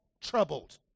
troubled